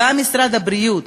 גם משרד הבריאות,